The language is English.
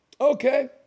Okay